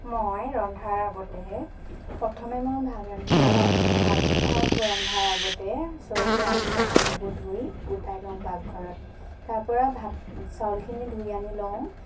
মই ৰন্ধাৰ আগতেহে প্ৰথমে মই ভাত ৰান্ধিব ভাত শাক ৰন্ধাৰ আগতে চৰু কেৰাহী সকলোবোৰ ধুই গোটাই লওঁ পাকঘৰত তাৰ পৰা ভাত চাউলখিনি ধুই আনি লওঁ